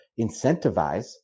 incentivize